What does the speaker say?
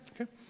okay